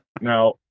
Now